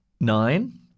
nine